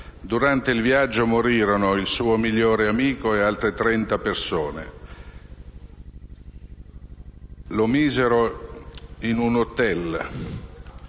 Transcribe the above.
Durante il viaggio morirono il suo migliore amico e altre trenta persone. Lo misero all'Hotel